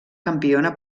campiona